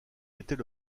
était